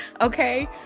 okay